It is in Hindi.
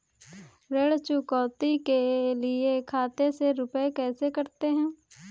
ऋण चुकौती के लिए खाते से रुपये कैसे कटते हैं?